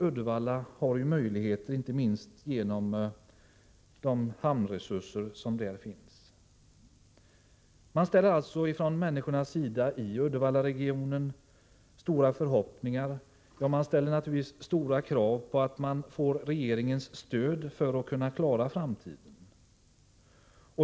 Uddevalla har ju möjligheter inte minst genom de hamnresurser som där finns. Människorna i Uddevallaregionen ställer alltså stora förhoppningar och naturligtvis också stora krav på att få regeringens stöd för att klara framtiden.